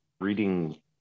reading